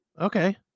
Okay